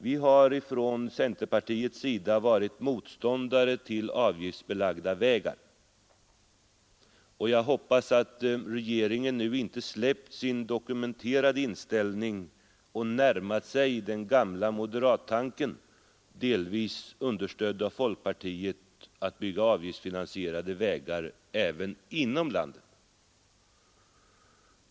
Vi har från centerpartiets sida varit motståndare till avgiftsbelagda vägar, och jag hoppas att regeringen nu inte har släppt sin dokumenterade inställning och närmat sig den gamla moderattanken, delvis understödd av folkpartiet, att bygga avgiftsfinansierade vägar även inom landet.